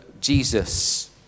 Jesus